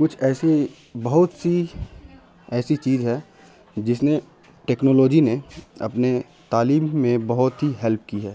کچھ ایسی بہت سی ایسی چیز ہے جس نے ٹیکنالوجی نے اپنے تعلیم میں بہت ہی ہیلپ کی ہے